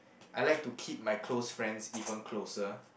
I like to keep my close friends even closer